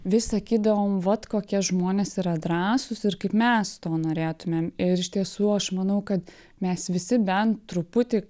vis sakydavom vot kokie žmonės yra drąsūs ir kaip mes to norėtumėm ir iš tiesų aš manau kad mes visi bent truputį